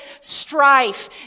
strife